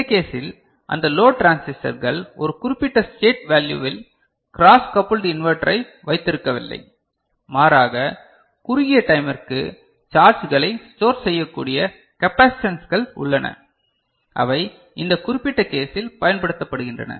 இந்த கேசில் அந்த லோட் டிரான்சிஸ்டர்கள் ஒரு குறிப்பிட்ட ஸ்டேட் வேல்யூவில் கிராஸ் கபுல்ட் இன்வெர்ட்டரை வைத்திருக்கவில்லை மாறாக குறுகிய டைமிற்கு சார்ஜ்களை ஸ்டார் செய்யக்கூடிய கேபாசிடன்ச்ஸ்கள் உள்ளன அவை இந்த குறிப்பிட்ட கேசில் பயன்படுத்தப்படுகின்றன